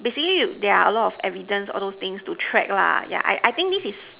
basically there are a lot of evidence all those things to track lah yeah I think this is